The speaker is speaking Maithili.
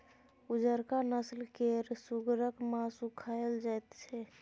उजरका नस्ल केर सुगरक मासु खाएल जाइत छै